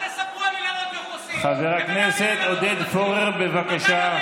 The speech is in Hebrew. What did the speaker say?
חבר הכנסת עודד פורר, בבקשה.